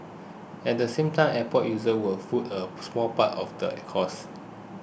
at the same time airport users will foot a small part of the cost